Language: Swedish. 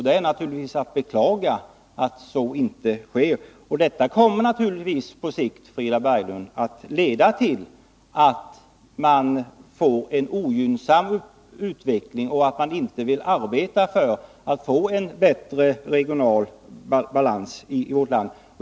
Det är naturligtvis att beklaga, för det kommer på sikt att leda till en ogynnsam utveckling och att man inte vill arbeta för att få en bättre regional balans i vårt land.